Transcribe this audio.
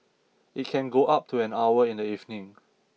it can go up to an hour in the evening